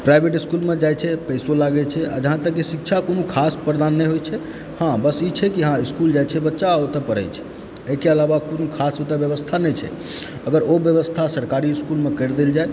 private इस्कूलमे जाइत छै पैसो लागय छै आ जहाँ तक कि शिक्षा कोनो खास प्रदान नहि होइत छै हँ बस ई छै कि हँ स्कूल जाइत छै बच्चा ओतय पढ़ैत छै एहिके अलावा कोनो खास ओतए व्यवस्था नहि छै अगर ओ व्यवस्था सरकारी इस्कूलमे करि देल जाय